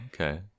okay